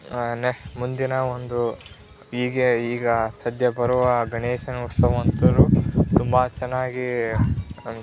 ನೆಹ್ ಮುಂದಿನ ಒಂದು ಈಗ ಈಗ ಸದ್ಯ ಬರುವ ಗಣೇಶನ ಉತ್ಸವವಂತುರು ತುಂಬ ಚೆನ್ನಾಗಿ